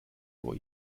vor